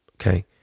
okay